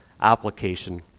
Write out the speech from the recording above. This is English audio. application